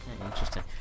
Interesting